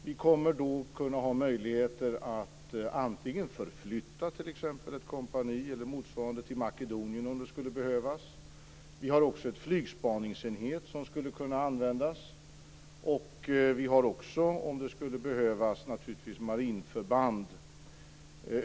Vi kommer då att ha möjligheter att t.ex. förflytta ett kompani eller motsvarande till Makedonien om det skulle behövas. Vi har också en flygspaningsenhet som skulle kunna användas. Och, om det skulle behövas, har vi naturligtvis även marinförband.